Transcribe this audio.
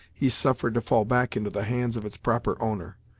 he suffered to fall back into the hands of its proper owner.